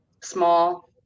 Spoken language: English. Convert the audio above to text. small